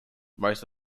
most